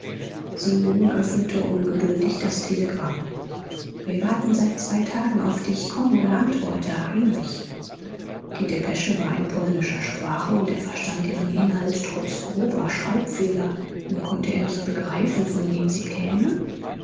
zenon öffnete ungeduldig das telegramm wir warten seit zwei tagen auf dich komm oder antworte heinrich die depesche war in polnischer sprache und er verstand ihren inhalt trotz grober schreibfehler nur konnte er nicht begreifen von wem sie käme